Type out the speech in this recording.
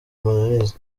mananiza